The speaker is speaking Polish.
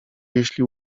jeśli